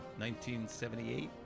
1978